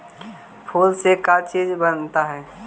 फूल से का चीज बनता है?